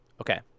Okay